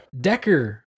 Decker